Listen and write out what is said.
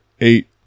eight